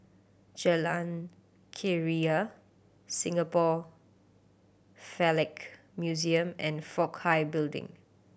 Jalan Keria Singapore Philatelic Museum and Fook Hai Building